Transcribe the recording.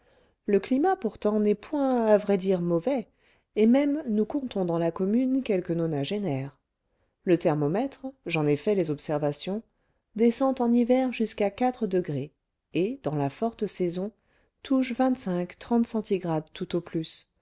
le climat pourtant n'est point à vrai dire mauvais et même nous comptons dans la commune quelques nonagénaires le thermomètre j'en ai fait les observations descend en hiver jusqu'à quatre degrés et dans la forte saison touche vingt-cinq trente centigrades tout au plus